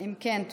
אם כן.